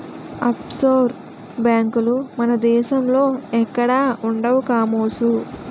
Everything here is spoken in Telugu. అప్షోర్ బేంకులు మన దేశంలో ఎక్కడా ఉండవు కామోసు